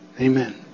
Amen